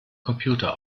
computer